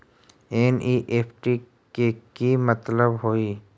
NEFT के कि मतलब होइ?